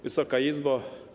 Wysoka Izbo!